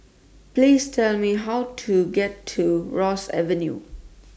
Please Tell Me How to get to Ross Avenue